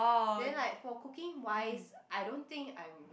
then like for cooking wise I don't think I'm